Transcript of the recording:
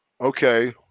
Okay